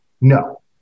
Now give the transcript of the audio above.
No